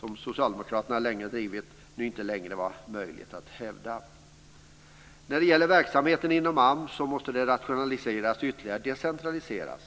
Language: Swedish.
som Socialdemokraterna länge haft nu inte längre var möjlig. Verksamheten inom AMS måste rationaliseras ytterligare och decentraliserats.